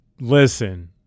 listen